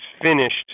finished